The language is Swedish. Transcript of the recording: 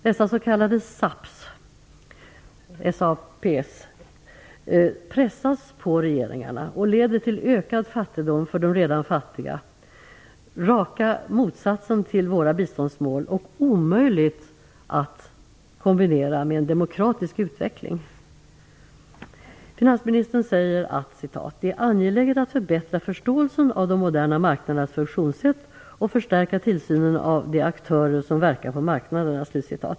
Dessa s.k. SAP:er pressas på regeringarna och leder till ökad fattigdom för de redan fattiga - raka motsatsen till våra biståndsmål och omöjligt att kombinera med en demokratisk utveckling. Finansministern säger: "Det är angeläget att förbättra förståelsen av de moderna marknadernas funktionssätt och att förstärka tillsynen av de aktörer som verkar på marknaderna."